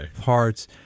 parts